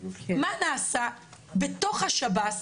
מה נעשה בתוך השב”ס,